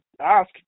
ask